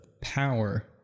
power